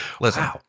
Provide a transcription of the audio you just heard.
Listen